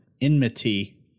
Enmity